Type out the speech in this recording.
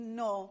no